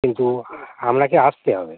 কিন্তু আপনাকে আসতে হবে